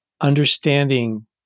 understanding